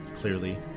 clearly